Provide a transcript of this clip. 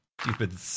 stupid